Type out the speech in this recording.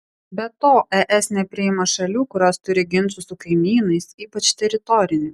be to es nepriima šalių kurios turi ginčų su kaimynais ypač teritorinių